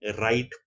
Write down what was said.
right